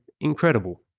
Incredible